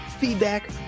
feedback